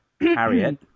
Harriet